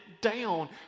down